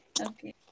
Okay